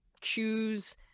choose